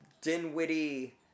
Dinwiddie